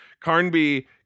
Carnby